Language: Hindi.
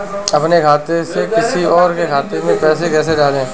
अपने खाते से किसी और के खाते में पैसे कैसे डालें?